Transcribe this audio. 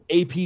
AP